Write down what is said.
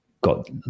got